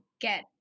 get